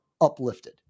uplifted